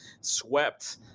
swept